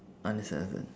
understand understand